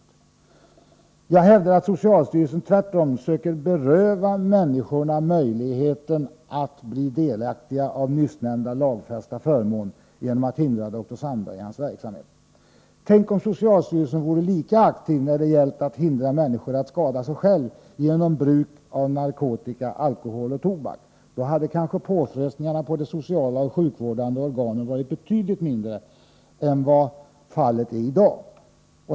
Jag hävdar att socialstyrelsen tvärtom söker beröva människorna möjligheten att bli delaktiga av nyssnämnda lagfästa förmån genom att hindra dr Sandberg i hans verksamhet. Tänk om socialstyrelsen varit lika aktiv när det gällt att hindra människor att skada sig själva genom bruk av narkotika, alkohol och tobak! Då hade kanske påfrestningarna på de sociala och sjukvårdande organen varit betydligt mindre än vad fallet är i dag.